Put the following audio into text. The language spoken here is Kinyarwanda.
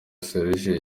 serge